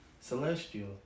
Celestial